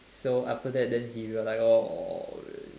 so after that then he will like orh